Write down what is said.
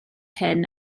hyn